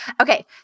Okay